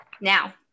Now